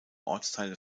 ortsteile